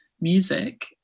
music